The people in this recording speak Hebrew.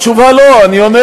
אבל אני שואל אותך,